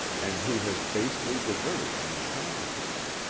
and who has basely deserted him in consequence.